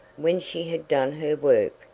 when she had done her work,